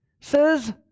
Says